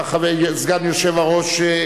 אדוני היושב-ראש,